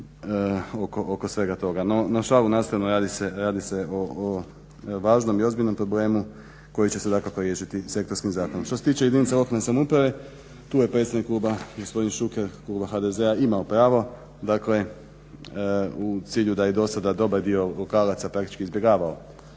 No šalu na stranu, radi se o važnom i ozbiljnom problemu koji će se dakako riješiti sektorskim zakonom. Što se tiče jedinica lokalne samouprave tu je predstavnik kluba gospodin Šuker u ime HDZ-a imao pravo, dakle u cilju da i do sada dobar dio lokalaca praktički izbjegavao